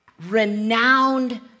renowned